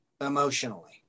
emotionally